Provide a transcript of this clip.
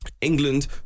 England